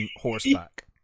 horseback